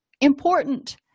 important